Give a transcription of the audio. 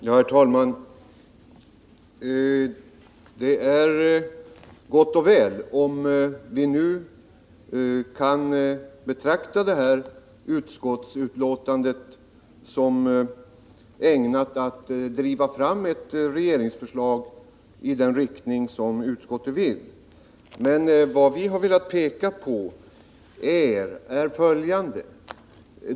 Herr talman! Det är gott och väl om vi nu kan betrakta utskottets uttalande som ägnat att driva fram ett regeringsförslag i den riktning som utskottet vill, men vad vi har velat peka på är följande.